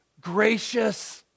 gracious